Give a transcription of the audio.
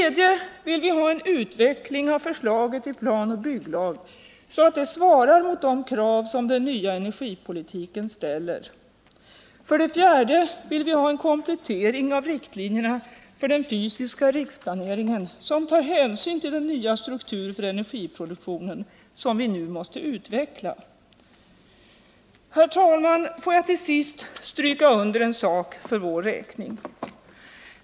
Enutveckling av förslaget till planoch bygglag, så att det svarar mot de kråv som den nya energipolitiken ställer. 4. En komplettering av riktlinjerna för den fysiska riksplaneringen, som tar hänsyn till den nya struktur för energiproduktionen som vi nu måste utveckla. Herr talman! Låt mig till sist stryka under en sak för vår räkning.